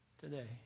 today